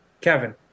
Kevin